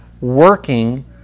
working